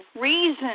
reason